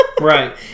Right